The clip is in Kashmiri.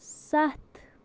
سَتھ